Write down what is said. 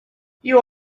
you